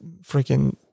freaking